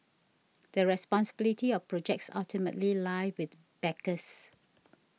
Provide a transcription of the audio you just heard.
the responsibility of projects ultimately lie with backers